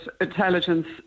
intelligence